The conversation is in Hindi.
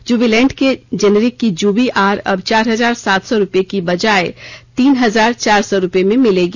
जुबिलैंट जेनेरिक की जूबी आर अब चार हजार सात सौ रुपए की बजाए तीन हजार चार सौ रूपए में मिलेगी